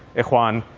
ikhwan,